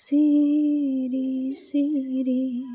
सिरि सिरि